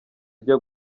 ujya